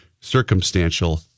circumstantial